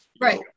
Right